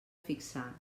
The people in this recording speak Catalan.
fixar